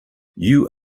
you